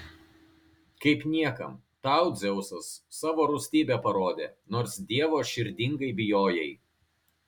kaip niekam tau dzeusas savo rūstybę parodė nors dievo širdingai bijojai